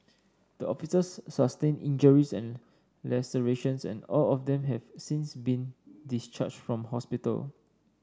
the officers sustained injuries and lacerations and all of them have since been discharged from hospital